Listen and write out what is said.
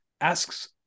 asks